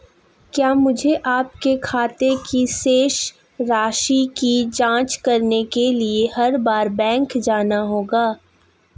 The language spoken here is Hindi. क्या मुझे अपने खाते की शेष राशि की जांच करने के लिए हर बार बैंक जाना होगा?